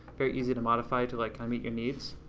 very easy to modify to like kind of meet your needs